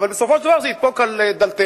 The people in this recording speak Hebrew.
אבל בסופו של דבר זה ידפוק על דלתנו,